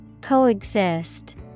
Coexist